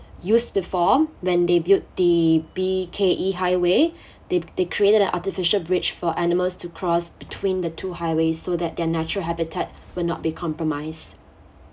used before when they built the B_K_E highway they they created an artificial bridge for animals to cross between the two highways so that their natural habitat would not be compromised